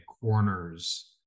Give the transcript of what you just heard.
corners